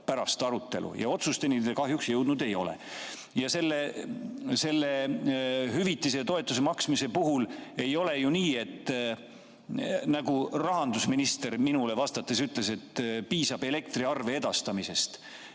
pärast arutelu, aga otsusteni te kahjuks jõudnud ei ole. Selle hüvitise, toetuse maksmise puhul ei ole ju nii, nagu rahandusminister minule vastates ütles, et piisab elektriarve edastamisest.